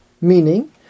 meaning